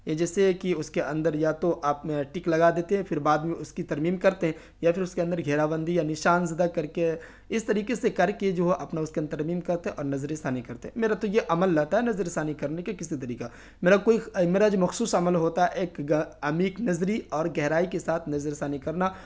یا جیسے کہ اس کے اندر یا تو آپ نے ٹک لگا دیتے ہیں پھر بعد میں اس کی ترمیم کرتے ہیں یا پھر اس کے اندر گھیرا بندی یا نشان زدہ کر کے اس طریقے سے کر کے جو ہے اپنا اس کے اندر ترمیم کرتے ہیں اور نظر ثانی کرتے ہیں میرا تو یہ عمل رہتا ہے نظر ثانی کرنے کے کسی طریقہ میرا کوئی میرا جو مخصوص عمل ہوتا ہے ایک عمیق نظری اور گہرائی کے ساتھ نظر ثانی کرنا